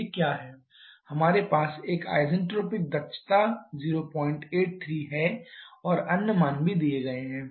हमारे पास एक आईसेन्ट्रॉपिक दक्षता 083 है और अन्य मान भी दिए गए हैं